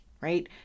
right